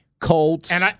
Colts